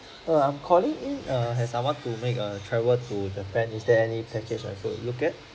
err I'm calling in err as I want to make a travel to japan is there any package I could look at